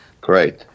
great